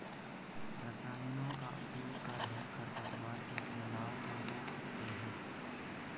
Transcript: रसायनों का उपयोग कर हम खरपतवार के फैलाव को रोक सकते हैं